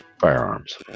firearms